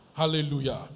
Hallelujah